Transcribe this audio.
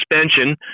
suspension